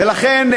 ולכן,